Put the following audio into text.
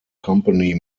company